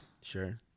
sure